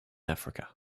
africa